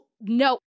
No